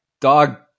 dog